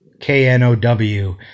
k-n-o-w